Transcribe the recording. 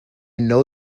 know